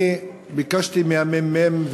אני ביקשתי מהממ"מ,